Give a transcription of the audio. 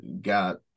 got